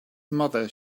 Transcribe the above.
mother